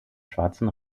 schwarzen